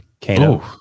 Kano